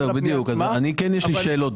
יש לי שאלות.